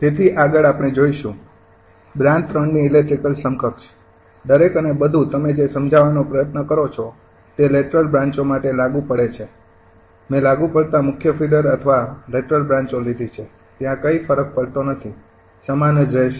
તેથી આગળ આપણે જોઈશું બ્રાન્ચ ૩ની ઇલેક્ટ્રિકલ સમકક્ષ દરેક અને બધુ તમે જે સમજવાનો પ્રયત્ન કરો છો તે લેટરલ બ્રાંચો માટે લાગુ પડે છે મેં લાગુ પડતા મુખ્ય ફીડર અથવા લેટરલ બ્રાંચો લીધી છે તે કઈ ફરક પડતો નથી સમાન જ રહેશે